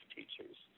teachers